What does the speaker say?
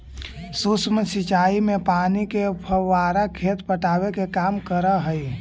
सूक्ष्म सिंचाई में पानी के फव्वारा खेत पटावे के काम करऽ हइ